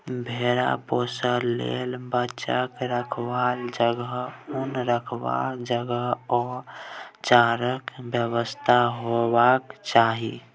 भेरा पोसय लेल बच्चाक रखबाक जगह, उन रखबाक जगह आ चाराक बेबस्था हेबाक चाही